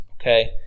okay